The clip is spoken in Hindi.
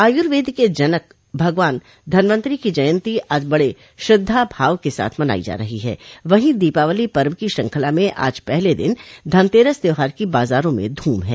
आयुर्वेद के जनक भगवान धनवंतरि की जयन्ती आज बड़े श्रद्धाभाव के साथ मनाई जा रही है वहीं दीपावली पर्व की श्रृखंला में आज पहले दिन धनतेरस त्यौहार की बाजारों में धूम है